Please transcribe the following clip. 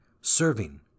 serving